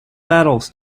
battles